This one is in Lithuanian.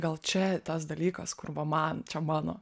gal čia tas dalykas kur man čia mano